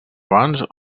abans